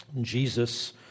Jesus